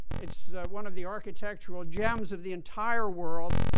it is one of the architectural gems of the entire world.